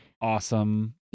awesome